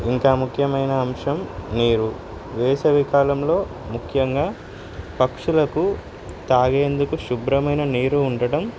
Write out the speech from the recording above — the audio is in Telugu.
ఇంకా ముఖ్యమైన అంశం నీరు వేసవికాలంలో ముఖ్యంగా పక్షులకు తాగేందుకు శుభ్రమైన నీరు ఉండడం